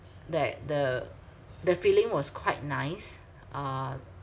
that the the feeling was quite nice uh